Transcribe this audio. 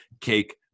cake